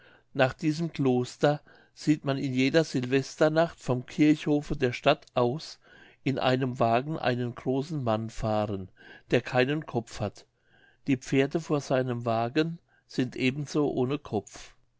nach diesem kloster sieht man in jeder sylvesternacht vom kirchhofe der stadt aus in einem wagen einen großen mann fahren der keinen kopf hat die pferde vor seinem wagen sind eben so ohne kopf